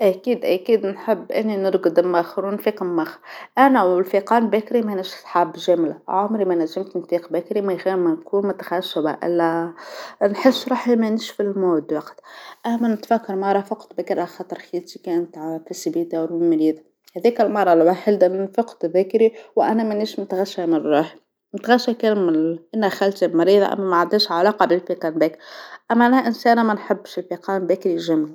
أكيد أكيد نحب إني نرقد مأخر ونفيق مأخر أنا والفيقان بدرى منيش الصحاب جملة، عمري ما نجمت نفيق بكري من غير ما نكون متخشبة إلا نحس روحي ما نيش في المود وقت، أنا نتفاكر مرة فقت باكر خاطر خيتى كانت عالهوسبيتال ومريضة هاذيك المرة الوحيدة اللى فقت بدرى و انا مانيش نتغشى مرة نتغشى كرمال أن خايتي مريضة أما ما عندهاش علاقة بالفيقان باكر أنا إنسانة ما نحبش الفيقان باكرى جملة.